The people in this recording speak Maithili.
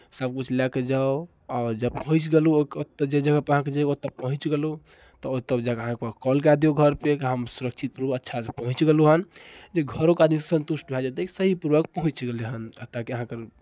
सभकिछु लए कऽ जाउ आओर जब पहुँच गेलहुँ ओतय जे जगहपर अहाँके जे ओतय पहुँच गेलहुँ तऽ ओतय जा कऽ अहाँ कॉल कऽ दियौ घरपे कि हम सुरक्षित पूर्वक अच्छासँ पहुँच गेलहुँ हन जे घरोके आदमी सन्तुष्ट भए जेतै कि सही पूर्वक पहुँच गेलै हन ताकि अहाँके